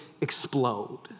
explode